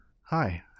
Hi